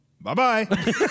bye-bye